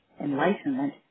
enlightenment